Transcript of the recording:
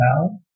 now